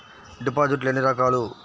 డిపాజిట్లు ఎన్ని రకాలు?